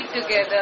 together